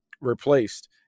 replaced